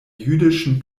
jüdischen